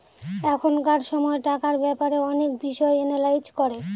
এখনকার সময় টাকার ব্যাপারে অনেক বিষয় এনালাইজ করে